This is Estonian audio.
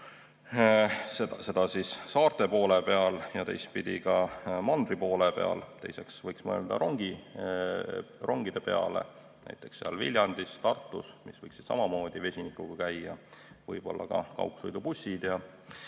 Seda saarte poole peal ja teistpidi ka mandri poole peal. Teiseks võiks mõelda rongide peale, näiteks Viljandis ja Tartus, rongid võiksid samamoodi vesinikuga sõita, võib-olla ka kaugsõidubussid.